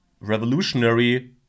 revolutionary